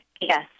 Yes